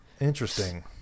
interesting